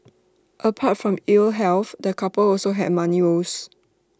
apart from ill health the couple also had money woes